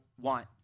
want